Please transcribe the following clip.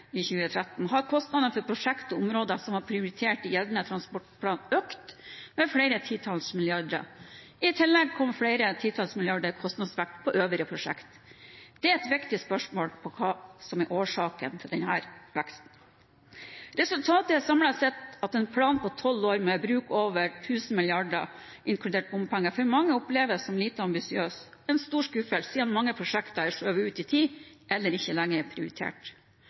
i 2013 har kostnadene for prosjekter og områder som var prioritert i gjeldende transportplan, økt med flere titalls milliarder. I tillegg kommer flere titalls milliarder i kostnadsvekst på øvrige prosjekter. Det er et viktig spørsmål hva som er årsaken til denne veksten. Resultatet er samlet sett at en plan over tolv år med bruk av over 1 000 mrd. kr, inkludert bompenger, for mange oppleves som lite ambisiøs og en stor skuffelse siden mange prosjekter er skjøvet ut i tid eller ikke lenger er prioritert.